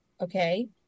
okay